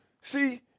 See